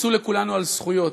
הרצו לכולנו על זכויות,